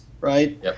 right